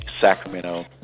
Sacramento